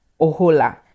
ohola